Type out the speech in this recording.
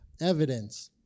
Evidence